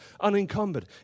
unencumbered